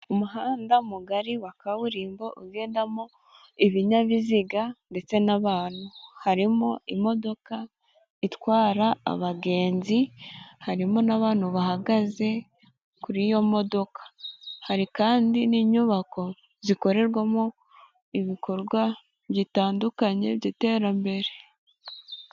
Umuhanda mugari wa kaburimbo ugendamo ibinyabiziga ndetse n'abantu, harimo imodoka itwara abagenzi, harimo n'abantu bahagaze kuri iyo modoka, hari kandi n'inyubako zikorerwamo ibikorwa bitandukanye by'iterambere.